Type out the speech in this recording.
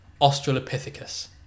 Australopithecus